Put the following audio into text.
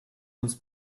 uns